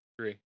three